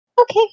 okay